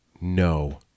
no